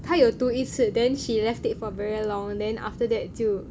他有读一次 then she left it for very long then after that 就